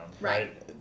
right